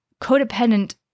codependent